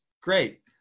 Great